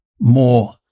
more